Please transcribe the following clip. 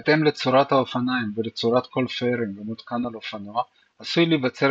בהתאם לצורת האופניים ולצורת כל פיירינג המותקן על אופנוע עשוי להיווצר